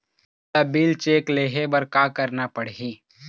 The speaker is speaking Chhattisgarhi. मोला बिल चेक ले हे बर का करना पड़ही ही?